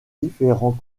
différents